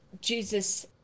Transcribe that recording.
Jesus